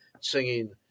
singing